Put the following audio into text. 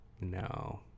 no